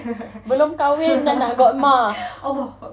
allah